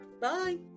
bye